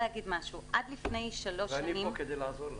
ואני פה כדי לעזור לך.